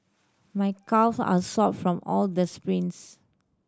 my calves are sore from all the sprints